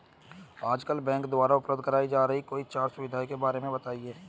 आजकल बैंकों द्वारा उपलब्ध कराई जा रही कोई चार सुविधाओं के बारे में बताइए?